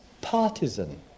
partisan